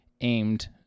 aimed